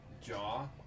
Jaw